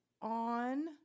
On